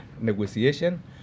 negotiation